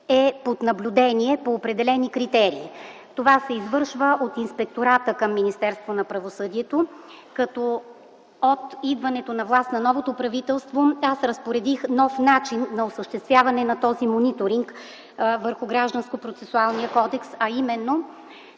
е под наблюдение по определени критерии. Това се извършва от Инспектората към Министерството на правосъдието. От идването на власт на новото правителство разпоредих нов начин на осъществяване на този мониторинг върху Гражданския процесуален кодекс, а именно